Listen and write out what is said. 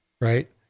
right